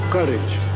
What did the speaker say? Courage